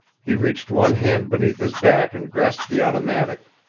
he reached one hand beneath his back and grasped the automatic.